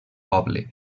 poble